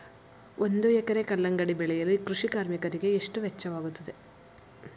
ಒಂದು ಎಕರೆ ಕಲ್ಲಂಗಡಿ ಬೆಳೆಯಲು ಕೃಷಿ ಕಾರ್ಮಿಕರಿಗೆ ಎಷ್ಟು ವೆಚ್ಚವಾಗುತ್ತದೆ?